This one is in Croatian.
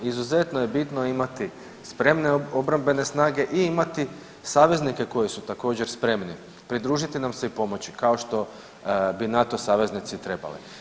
Izuzetno je bitno imati spremne obrambene snage i imati saveznike koji su također, spremni, pridružiti nam se i pomoći, kao što bi NATO saveznici trebali.